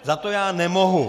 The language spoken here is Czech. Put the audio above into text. Za to já nemohu.